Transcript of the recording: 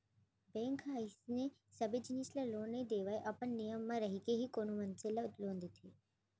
bank ह अइसन सबे जिनिस बर लोन नइ देवय अपन नियम म रहिके ही कोनो मनसे ल लोन देथे